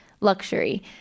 luxury